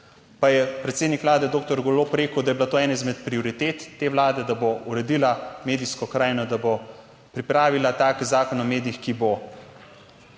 pa je predsednik vlade doktor Golob rekel, da je bila to ena izmed prioritet te vlade, da bo uredila medijsko krajino, da bo pripravila tak Zakon o medijih, ki bo